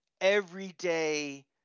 everyday